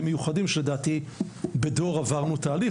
מיוחדים שלדעתי בדור עברנו תהליך,